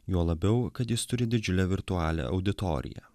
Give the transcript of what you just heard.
juo labiau kad jis turi didžiulę virtualią auditoriją